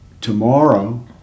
tomorrow